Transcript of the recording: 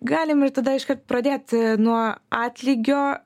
galim ir tada iškart pradėt ee nuo atlygio